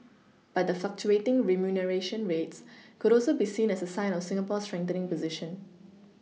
but the fluctuating remuneration rates could also be seen as a sign of Singapore's strengthening position